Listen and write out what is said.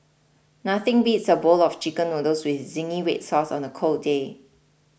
nothing beats a bowl of Chicken Noodles with Zingy Red Sauce on a cold day